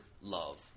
love